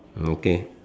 okay